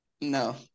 No